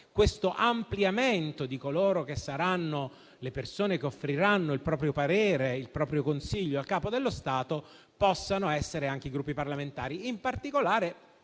questo ampliamento delle persone che offriranno il proprio parere e il proprio consiglio al Capo dello Stato possano essere anche i Gruppi parlamentari. Ciò in particolare